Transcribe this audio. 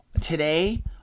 today